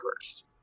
first